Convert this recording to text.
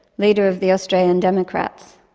leader of the australian democrats.